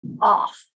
off